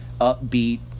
upbeat